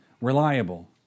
reliable